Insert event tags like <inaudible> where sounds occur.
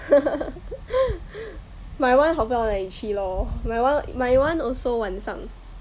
<laughs> my one 好不不到哪里去 lor my one my one also 晚上